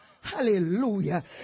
Hallelujah